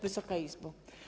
Wysoka Izbo!